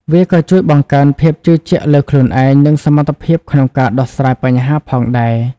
វាក៏ជួយបង្កើនភាពជឿជាក់លើខ្លួនឯងនិងសមត្ថភាពក្នុងការដោះស្រាយបញ្ហាផងដែរ។